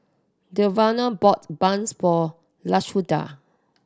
Devaughn bought buns for Lashunda